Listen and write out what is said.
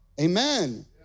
Amen